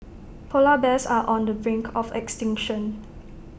Polar Bears are on the brink of extinction